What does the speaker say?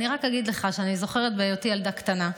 אני רק אגיד לך שאני זוכרת שבהיותי ילדה קטנה,